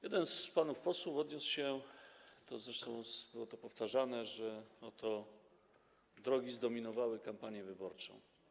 Jeden z panów posłów odniósł się do tego - zresztą było to powtarzane - że oto drogi zdominowały kampanię wyborczą.